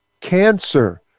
cancer